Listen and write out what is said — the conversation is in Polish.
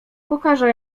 pokaże